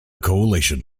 coalition